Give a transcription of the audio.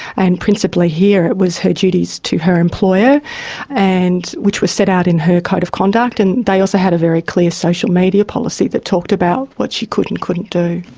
and principally here it was her duties to her employer and which were set out in her code of conduct, and they also had a very clear social media policy that talked about what she could and couldn't do.